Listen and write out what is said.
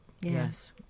Yes